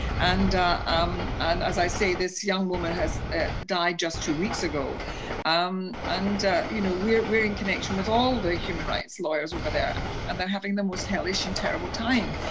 and um and as i say, this young woman has died just two weeks ago um and you know we are we are in connection with all the human rights lawyers over there and they are having the most hellish and terrible time.